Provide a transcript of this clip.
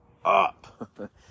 up